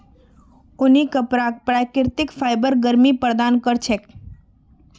ऊनी कपराक प्राकृतिक फाइबर गर्मी प्रदान कर छेक